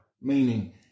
meaning